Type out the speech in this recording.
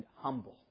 humble